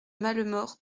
malemort